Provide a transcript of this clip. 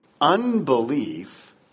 Unbelief